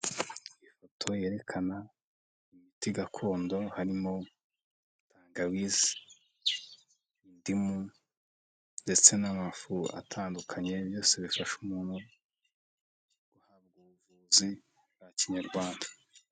Ifoto yerekana imiti gakondo harimo tangawize, indimu ndetse n'amafu atandukanye, byose bifasha umuntu guhabwa ubuvuzi bwa kinyarwanda.